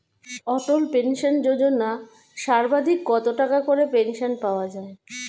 অটল pension Yojana সর্বাধিক কত টাকা করে পেনশন পাওয়া যায়?